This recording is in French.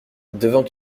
devant